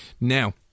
Now